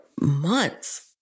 months